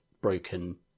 broken